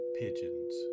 pigeons